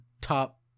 top